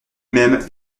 même